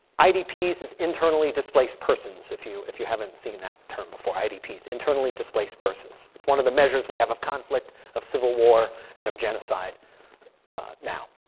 idp is is internally displaced persons. if you if you haven't seen that term before. idp is internally displaced persons. it's one of the measures we have of conflict of civil war and of genocide now.